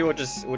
you know just